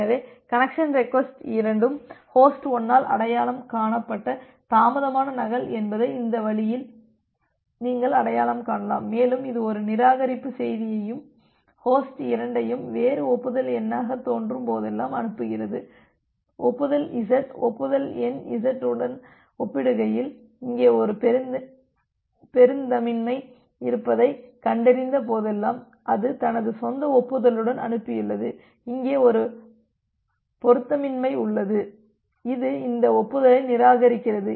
எனவே connection request இரண்டும் host 1 ஆல் அடையாளம் காணப்பட்ட தாமதமான நகல் என்பதை இந்த வழியில் நீங்கள் அடையாளம் காணலாம் மேலும் இது ஒரு நிராகரிப்பு செய்தியையும் ஹோஸ்ட் 2 ஐயும் வேறு ஒப்புதல் எண்ணாகத் தோன்றும் போதெல்லாம் அனுப்புகிறது ஒப்புதல் இசட் ஒப்புதல் எண் இசட் உடன் ஒப்பிடுகையில் இங்கே ஒரு பொருத்தமின்மை இருப்பதைக் கண்டறிந்த போதெல்லாம் அது தனது சொந்த ஒப்புதலுடன் அனுப்பியுள்ளது இங்கே ஒரு பொருத்தமின்மை உள்ளது இது இந்த ஒப்புதலை நிராகரிக்கிறது